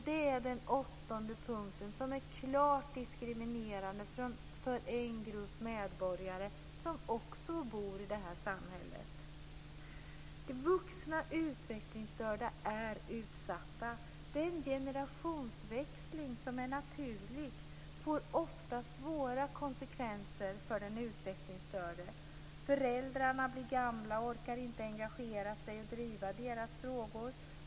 Det är den åttonde punkten som är klart diskriminerande för en grupp medborgare som också bor i detta samhälle. Vuxna utvecklingsstörda är utsatta. Den generationsväxling som är naturlig får ofta svåra konsekvenser för den utvecklingsstörde. Föräldrarna blir gamla och orkar inte engagera sig och driva deras frågor.